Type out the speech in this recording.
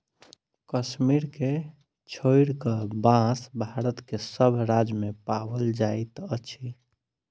कश्मीर के छोइड़ क, बांस भारत के सभ राज्य मे पाओल जाइत अछि